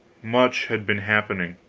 much had been happening.